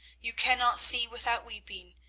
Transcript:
you cannot see without weeping,